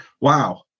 wow